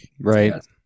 Right